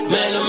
Man